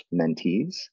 mentees